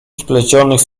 splecionych